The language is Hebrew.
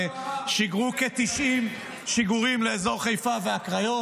ששיגרו כ-90 שיגורים לאזור חיפה והקריות,